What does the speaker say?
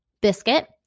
biscuit